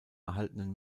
erhaltenen